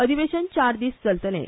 अधिवेशन चार दीस चलतलें